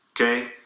okay